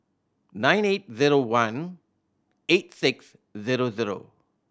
nine eight zero one eight six zero zero